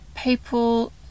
people